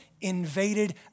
invaded